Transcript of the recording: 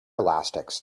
elastics